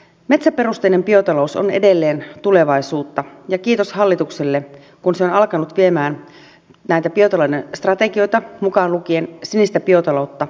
metsäperusteinen biotalous on edelleen tulevaisuutta ja kiitos hallitukselle kun se on alkanut viemään näitä biotalouden strategioita mukaan lukien sinistä biotaloutta eteenpäin